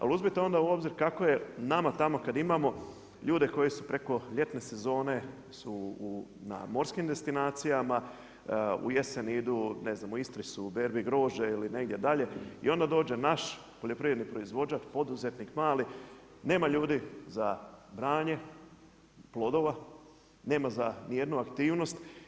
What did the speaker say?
Ali uzmite onda u obzir kako je nama tamo kad imamo ljude koji su preko ljetne sezone su na morskim destinacija, u jesen idu, ne znam u Istri su u berbi grožđa ili negdje dalje i onda dođe naš poljoprivredni proizvođač, poduzetnik mali, nema ljudi za branje plodova, nema za ni jednu aktivnost.